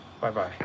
Bye-bye